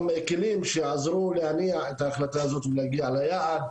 כלים שיעזרו להניע את ההחלטה הזאת ולהגיע ליעד,